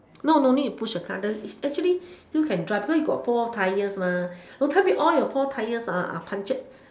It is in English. no no need to push the car it's actually still can drive cause you got four tyres don't tell me all your four tyres are punctured